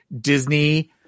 disney